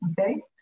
okay